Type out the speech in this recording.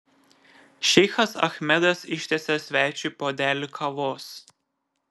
šeichas achmedas ištiesia svečiui puodelį kavos